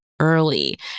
Early